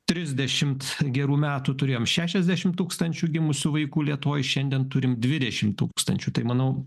trisdešimt gerų metų turėjom šešiasdešimt tūkstančių gimusių vaikų lietuvoj šiandien turim dvidešimt tūkstančių tai manau